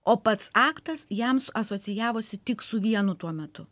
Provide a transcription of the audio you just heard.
o pats aktas jam asocijavosi tik su vienu tuo metu